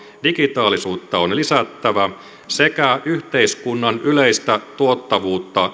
digitaalisuutta on lisättävä sekä yhteiskunnan yleistä tuottavuutta